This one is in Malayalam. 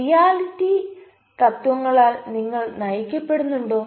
റിയാലിറ്റി തത്ത്വത്താൽ നിങ്ങൾ നയിക്കപ്പെടുന്നുണ്ടോ